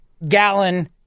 Gallon